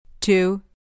two